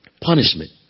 punishment